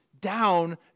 down